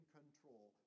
control